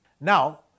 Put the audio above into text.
Now